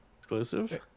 exclusive